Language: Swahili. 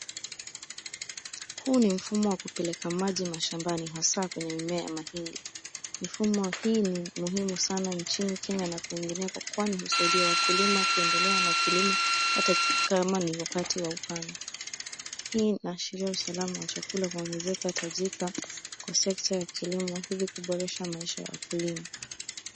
Huu ni mfumo wa kupeleka maji mashambani hasa kwenye mimea ya mahindi. Mifumo hii ni muhimu sana nchini Kenya na kwingineko kwani husaidia wakulima kuendelea na kilimo hata kama ni wakati wa ukame. Hii inaashiria usalama wa chakula kuongezeka, tajika, kwa sekta ya kilimo hivi kuboresha maisha ya wakulima.